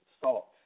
salt